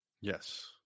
yes